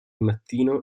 mattino